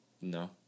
No